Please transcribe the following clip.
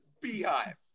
beehive